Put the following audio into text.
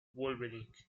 wolverine